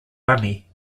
bunny